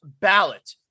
ballot